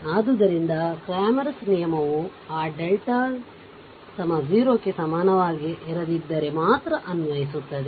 ಆದ್ದರಿಂದ ಕ್ರಾಮರ್ನ ನಿಯಮವುCramer's rule ಆ ಡೆಲ್ಟಾ 00 ಕ್ಕೆ ಸಮನಾಗಿರದಿದ್ದರೆ ಮಾತ್ರ ಅನ್ವಯಿಸುತ್ತದೆ